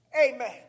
amen